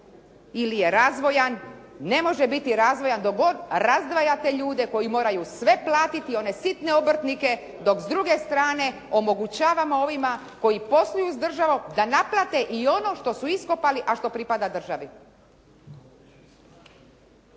ili je razvojan. Ne može biti razvojan dok god razdvajate ljude koji moraju sve platiti, one sitne obrtnike dok s druge strane omogućavamo ovima koji posluju s državom da naplate i ono što su iskopali, a što pripada državi.